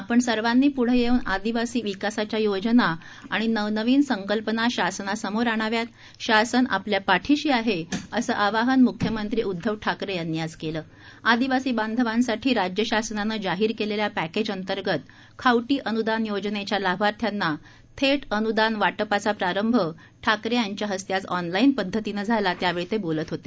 आपण सर्वांनी प्ढे येऊन आदिवासी विकासाच्या योजना आणि नवनवीन संकल्पना शासनासमोर आणाव्यात शासन आपल्या पाठीशी आहे असे आवाहन मुख्यमंत्री उदधव ठाकरे यांनी आज केलं आदिवासी बांधवांसाठी राज्य शासनानं जाहीर केलेल्या पॅकेजअंतर्गत खावटी अन्दान योजनेच्या लाभार्थ्यांना थेट अन्दान वाटपाचा प्रारंभ ठाकरे यांच्या हस्ते आज ऑनलाईन पध्दतीने झाला त्यावेळी ते बोलत होते